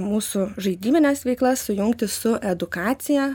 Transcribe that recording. mūsų žaidybines veiklas sujungti su edukacija